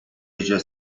edge